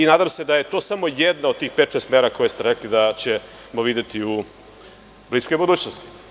Nadam se da je to samo jedna od tih pet, šest mera koje ste rekli da ćemo videti u bliskoj budućnosti.